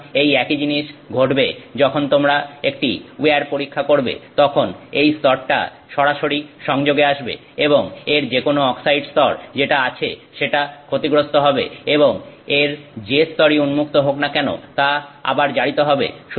সুতরাং এই একই জিনিস ঘটবে যখন তোমরা একটা উইয়ার পরীক্ষা করবে তখন এই স্তরটা সরাসরি সংযোগে আসবে এবং এর যেকোনো অক্সাইড স্তর যেটা আছে সেটা ক্ষতিগ্রস্ত হবে এবং এর যে স্তরই উন্মুক্ত হোক না কেন তা আবার জারিত হবে